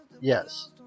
Yes